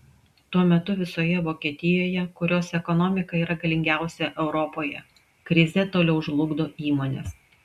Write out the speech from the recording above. tuo metu visoje vokietijoje kurios ekonomika yra galingiausia europoje krizė toliau žlugdo įmones